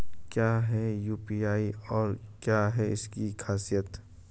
क्या है यू.पी.आई और क्या है इसकी खासियत?